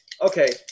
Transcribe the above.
Okay